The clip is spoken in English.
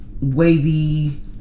wavy